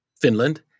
Finland